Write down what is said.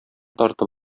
тартып